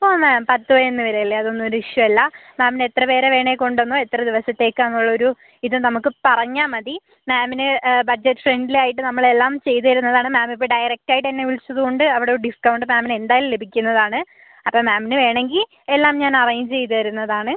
ഓ ma'am പത്ത് പതിനൊന്ന് പേര് അല്ലേ അത് ഒന്നും ഒരു ഇഷ്യൂ അല്ല മാമിന് എത്ര പേരെ വേണേൽ കൊണ്ടുവന്നോ എത്ര ദിവസത്തേക്കാന്ന് ഉള്ള ഒരു ഇത് നമുക്ക് പറഞ്ഞാൽ മതി മാമിന് ബഡ്ജറ്റ് ഫ്രണ്ട്ലി ആയിട്ട് നമ്മൾ എല്ലാം ചെയ്ത് തരുന്നത് ആണ് മാം ഇപ്പോൾ ഡയറക്റ്റ് ആയിട്ട് എന്നെ വിളിച്ചത് കൊണ്ട് അവിടെ ഡിസ്കൗണ്ട് മാമിന് എന്തായാലും ലഭിക്കുന്നത് ആണ് അപ്പോൾ മാമിന് വേണമെങ്കിൽ എല്ലാം ഞാൻ അറേഞ്ച് ചെയ്ത് തരുന്നത് ആണ്